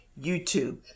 YouTube